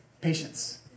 Patience